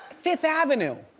fifth avenue,